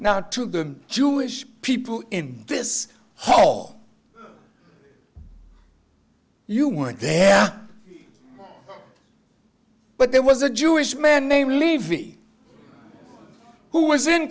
now to the jewish people in this hall you want there but there was a jewish man named levy who was in